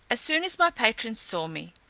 as soon as my patron saw me